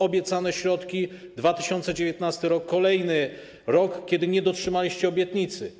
Obiecano środki, a 2019 r. to kolejny rok, kiedy nie dotrzymaliście obietnicy.